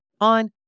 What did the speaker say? On